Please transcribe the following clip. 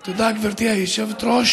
תודה, גברתי היושבת-ראש.